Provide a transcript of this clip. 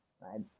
right